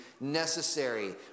necessary